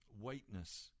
whiteness